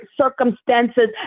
circumstances